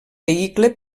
vehicle